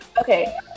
Okay